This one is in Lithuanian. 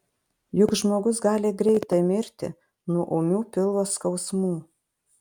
juk žmogus gali greitai mirti nuo ūmių pilvo skausmų